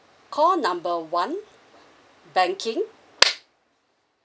call number one banking